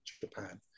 Japan